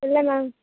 இல்லை மேம்